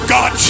God